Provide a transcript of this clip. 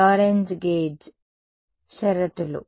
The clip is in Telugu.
లోరెంజ్ గేజ్ షరతులు